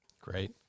Great